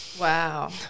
Wow